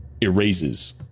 erases